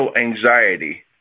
anxiety